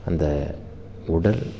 அந்த உடல்